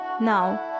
Now